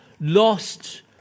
lost